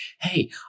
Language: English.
Hey